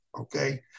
okay